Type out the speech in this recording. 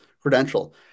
credential